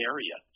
Area